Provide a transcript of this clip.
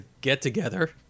get-together